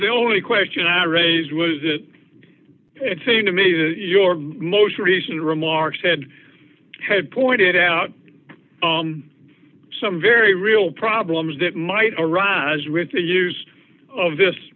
the only question i raised was it it seemed to me that your most recent remarks said had pointed out some very real problems that might arise with the use of this